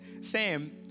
Sam